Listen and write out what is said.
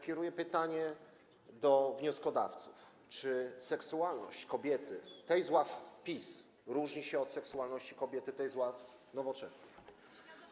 Kieruję pytanie do wnioskodawców: Czy seksualność kobiety z ław PiS różni się od seksualności kobiety z ław Nowoczesnej?